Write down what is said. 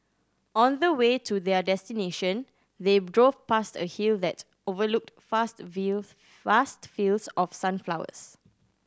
on the way to their destination they drove past a hill that overlooked fast vast fields of sunflowers